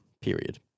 Period